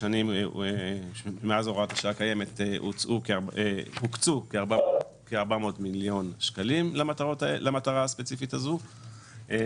שמאז הוראת השעה הקיימת הוקצו כ-400 מיליון שקלים למטרה הספציפית הזאת,